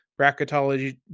bracketology